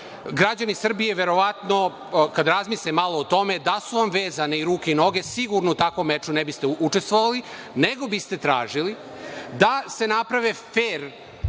Građani Srbije verovatno kada razmisle malo o tome da su vam vezane i ruke i noge, sigurno u takvom meču ne biste učestvovali, nego biste tražili da se naprave fer